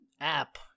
app